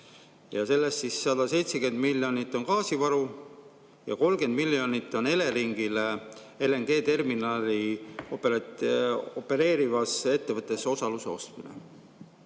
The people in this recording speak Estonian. Sellest 170 miljonit on gaasivaru ja 30 miljonit on Eleringile LNG‑terminali opereerivas ettevõttes osaluse ostmine.